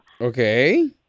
Okay